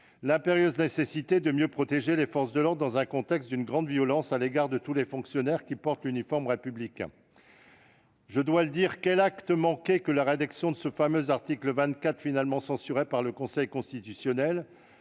l'impérieuse nécessité de mieux protéger les forces de l'ordre dans un contexte d'une grande violence à l'égard de tous les fonctionnaires portant l'uniforme républicain. Quel acte manqué que la rédaction de ce fameux article 24 de la loi Sécurité globale, finalement censuré par le Conseil constitutionnel !